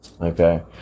Okay